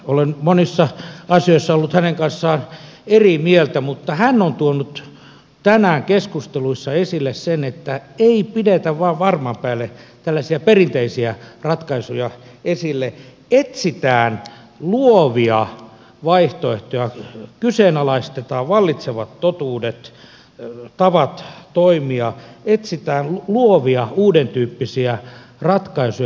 olen monissa asioissa ollut hänen kanssaan eri mieltä mutta hän on tuonut tänään keskusteluissa esille sen että ei pidetä vain varman päälle tällaisia perinteisiä ratkaisuja esillä vaan etsitään luovia vaihtoehtoja kyseenalaistetaan vallitsevat totuudet tavat toimia etsitään luovia uudentyyppisiä ratkaisuja